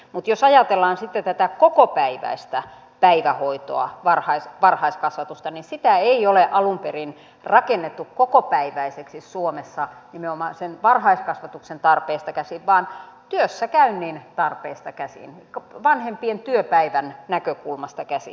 mutta jos ajatellaan sitten tätä kokopäiväistä päivähoitoa varhaiskasvatusta niin sitä ei ole alun perin rakennettu kokopäiväiseksi suomessa nimenomaan sen varhaiskasvatuksen tarpeesta käsin vaan työssäkäynnin tarpeista käsin vanhempien työpäivän näkökulmasta käsin